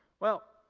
well,